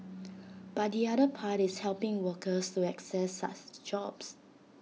but the other part is helping workers to access jobs